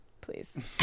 please